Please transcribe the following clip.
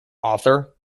author